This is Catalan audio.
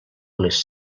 les